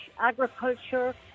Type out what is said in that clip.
agriculture